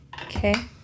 Okay